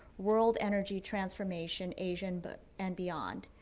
world energy transformation asian but and beyond.